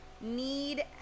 need